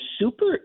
super